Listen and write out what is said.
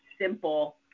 simple